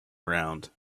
ground